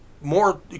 more